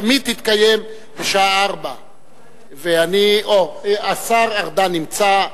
תמיד תתקיים בשעה 16:00. השר ארדן נמצא,